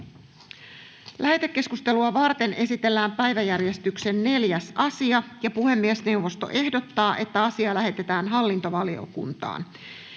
Lähetekeskustelua varten esitellään päiväjärjestyksen 7. asia. Puhemiesneuvosto ehdottaa, että asia lähetetään lakivaliokuntaan,